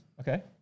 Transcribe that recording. Okay